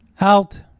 out